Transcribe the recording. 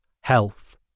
health